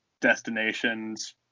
destinations